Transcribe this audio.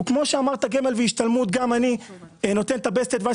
כמו שאמרת הוא גמל והשתלמות וגם אני נותן את העצה הטובה